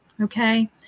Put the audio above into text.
Okay